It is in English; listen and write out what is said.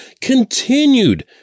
continued